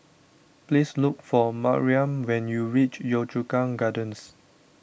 please look for Mariam when you reach Yio Chu Kang Gardens